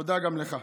תודה גם לך.